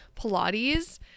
Pilates